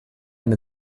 eine